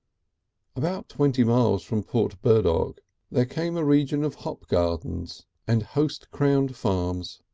about twenty miles from port burdock there came a region of hop gardens and hoast crowned farms,